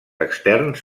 externs